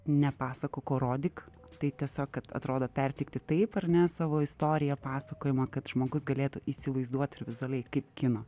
nepasakok o rodyk tai tiesiog kad atrodo perteikti taip ar ne savo istoriją pasakojimą kad žmogus galėtų įsivaizduot ir vizualiai kaip kino